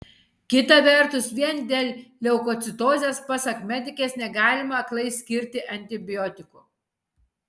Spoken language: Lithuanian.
kita vertus vien dėl leukocitozės pasak medikės negalima aklai skirti antibiotikų